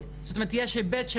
בסוף התקופה הם הולכים הביתה.